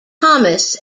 thomas